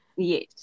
Yes